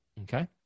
Okay